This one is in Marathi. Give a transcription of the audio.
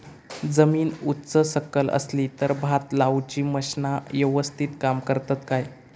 जमीन उच सकल असली तर भात लाऊची मशीना यवस्तीत काम करतत काय?